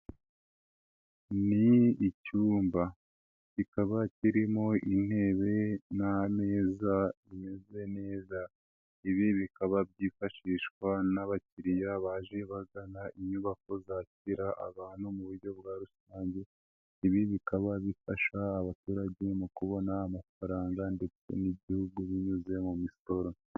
Ni icyumba kikaba kirimo intebe n'ameza bimeze neza, ibi bikaba byifashishwa n'abakiriya baje bagana inyubako zakira abantu mu buryo bwa rusange, ibi bikaba bifasha abaturage mu kubona amafaranga ndetse n'igihugu binyuze mu misoro.